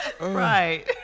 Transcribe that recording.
Right